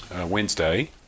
Wednesday